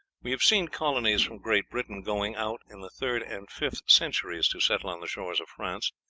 we have seen colonies from great britain going out in the third and fifth centuries to settle on the shores of france,